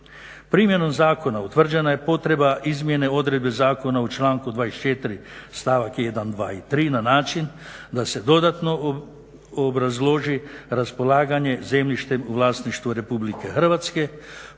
Primjenom zakona utvrđena je potreba izmjena odredbe zakona u članku 24.stavak 1., 2. i 3.na način da se dodatno obrazloži raspolaganje zemljištem u vlasništvu RH